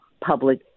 public